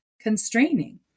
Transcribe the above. constraining